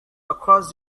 across